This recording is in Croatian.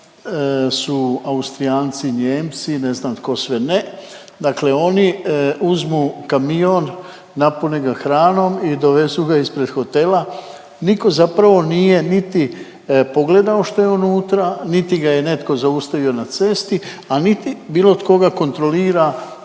su Austrijanci, Nijemci, ne znam tko sve ne. Dakle, oni uzmu kamion, napune ga hranom i dovezu ga ispred hotela. Nitko zapravo nije niti pogledao što je unutra, niti ga je netko zaustavio na cesti, a niti bilo tko ga kontrolira